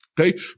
Okay